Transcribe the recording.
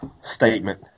statement